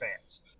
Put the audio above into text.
fans